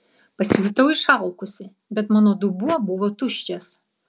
pasijutau išalkusi bet mano dubuo buvo tuščias